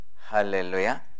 Hallelujah